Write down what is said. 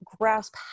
grasp